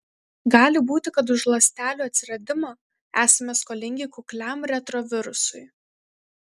gali būti kad už ląstelių atsiradimą esame skolingi kukliam retrovirusui